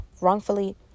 wrongfully